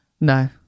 No